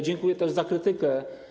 Dziękuję też za krytykę.